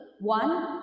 One